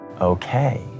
okay